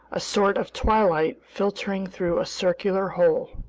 a sort of twilight filtering through a circular hole.